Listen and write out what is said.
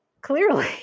Clearly